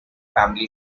family